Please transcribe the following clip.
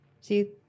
See